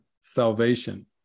salvation